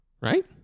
Right